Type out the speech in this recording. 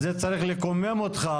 אז זה צריך לקומם אותך.